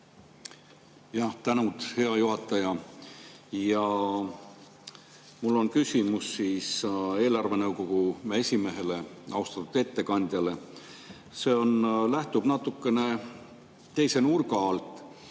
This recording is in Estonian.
Tänan, hea juhataja! Mul on küsimus eelarvenõukogu esimehele, austatud ettekandjale. See on natukene teise nurga alt.